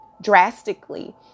drastically